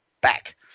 back